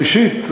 ראשית,